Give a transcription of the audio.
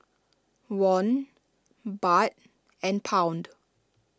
Won Baht and Pound